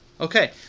Okay